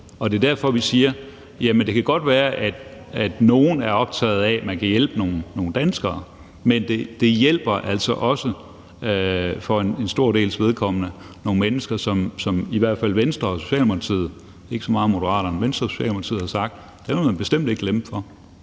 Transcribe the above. Det er derfor, vi siger, at det godt kan være, at nogen er optaget af, at man kan hjælpe nogle danskere, men det hjælper altså også for en stor dels vedkommende nogle mennesker, som i hvert fald Venstre og Socialdemokratiet, men ikke så meget Moderaterne, har sagt at man bestemt ikke vil lempe for.